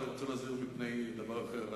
אבל אני רוצה להזהיר מפני דבר אחר.